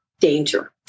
danger